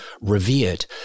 revered